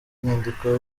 inyandiko